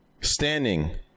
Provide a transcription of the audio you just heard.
standing